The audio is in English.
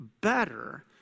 better